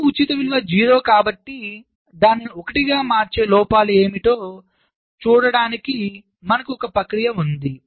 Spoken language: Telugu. తప్పు ఉచిత విలువ 0 కాబట్టి దాన్ని 1 గా మార్చే లోపాలు ఏమిటో చూడడానికి మనకు ఒక ప్రక్రియ ఉంది